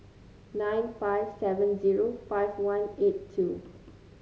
nine five seven zero five one eight two